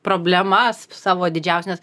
problemas savo didžiausia nes